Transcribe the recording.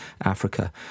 Africa